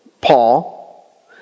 Paul